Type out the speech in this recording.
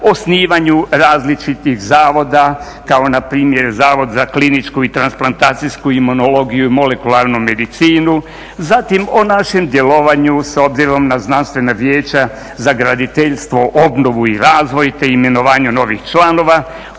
osnivanju različitih zavoda kao npr. Zavod za kliničku i transplantacijsku imunologiju i molekularnu medicinu. Zatim o našem djelovanju s obzirom na znanstvena vijeća za graditeljstvo, obnovu i razvoj te imenovanju novih članova,